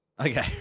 Okay